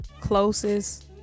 closest